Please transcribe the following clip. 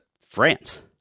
France